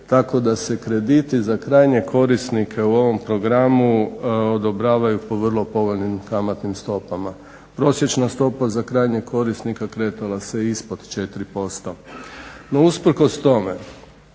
tako da se krediti za krajnje korisnike u ovom programu odobravaju po vrlo povoljnim kamatnim stopama. Prosječna stopa za krajnjeg korisnika kretala se ispod 4%.